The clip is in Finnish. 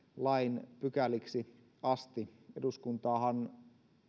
lain pykäliksi asti eduskuntaahan